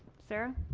sarah?